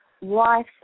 life